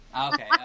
okay